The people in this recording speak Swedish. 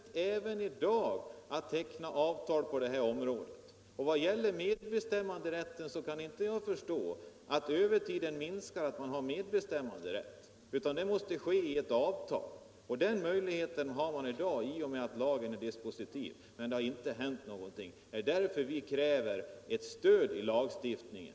Man har även i dag rätt att teckna avtal på det här området, och jag kan inte förstå att övertiden minskar genom att man får medbestämmanderätt, utan det måste regleras i ett avtal. Den möjligheten har man i dag i och med att lagen är dispositiv. Men det har inte hänt någonting, och det är därför vi kräver ett stöd i lagstiftningen.